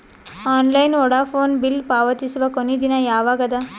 Online Vodafone bill ಪಾವತಿಸುವ ಕೊನಿ ದಿನ ಯವಾಗ ಅದ?